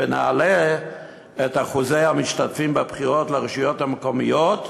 ונעלה את אחוזי המשתתפים בבחירות לרשויות המקומיות,